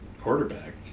quarterback